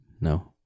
no